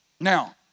Now